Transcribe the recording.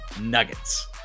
nuggets